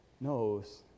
knows